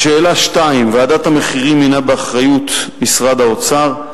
2. ועדת המחירים הינה באחריות משרד האוצר.